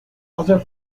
other